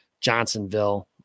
Johnsonville